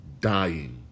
dying